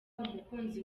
umukunzi